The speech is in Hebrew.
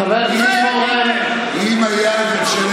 חבר הכנסת